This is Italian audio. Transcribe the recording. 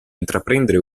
intraprendere